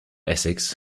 essex